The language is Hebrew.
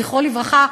זכרו לברכה,